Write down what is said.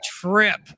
trip